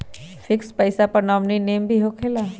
Fix पईसा पर nominee name भी होकेला?